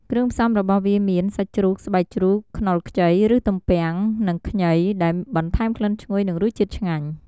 គ្រឿងផ្សំរបស់វាមាន សាច់ជ្រូក ស្បែកជ្រូក ខ្នុរខ្ចី ឬ ទំពាំង និងខ្ញី ដែលបន្ថែមក្លិនឈ្ងុយ និងរសជាតិឆ្ងាញ់។